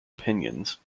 opinions